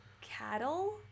Cattle